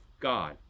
God